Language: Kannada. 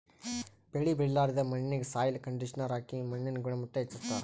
ಬೆಳಿ ಬೆಳಿಲಾರ್ದ್ ಮಣ್ಣಿಗ್ ಸಾಯ್ಲ್ ಕಂಡಿಷನರ್ ಹಾಕಿ ಮಣ್ಣಿನ್ ಗುಣಮಟ್ಟ್ ಹೆಚಸ್ಸ್ತಾರ್